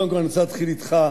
קודם כול אני רוצה להתחיל אתך,